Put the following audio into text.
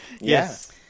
yes